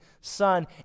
son